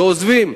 ועוזבים.